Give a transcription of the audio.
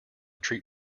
treat